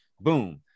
Boom